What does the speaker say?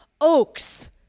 oaks